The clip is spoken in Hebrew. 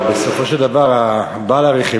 אבל בסופו של דבר בעל הרכב,